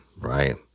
right